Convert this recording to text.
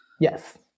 Yes